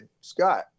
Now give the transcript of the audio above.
Scott